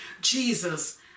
Jesus